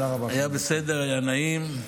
היה בסדר, היה נעים.